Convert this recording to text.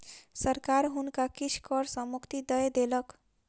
सरकार हुनका किछ कर सॅ मुक्ति दय देलक